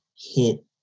hit